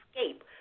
escape